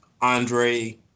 Andre